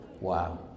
Wow